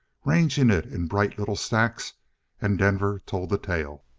ranging it in bright little stacks and denver told the tale.